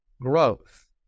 growth